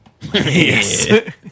Yes